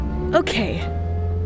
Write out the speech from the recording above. Okay